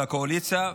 של הקואליציה,